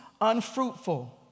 unfruitful